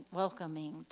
welcoming